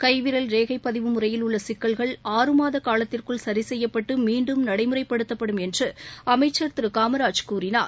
கைவிரல் ரேகைபதிவு முறையில் உள்ளசிக்கல்கள் ஆறு மாதகாலத்திற்குள் சரிசெய்யப்பட்டுமீண்டும் நடைமுறைப்படுத்தப்படும் என்றுஅமைச்சர் திருகாமராஜ் கூறினார்